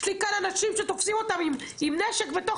יש לי כאן אנשים שתופסים אותם עם נשק בתוך